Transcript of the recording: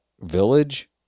village